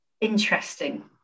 interesting